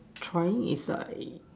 trying is like